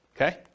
okay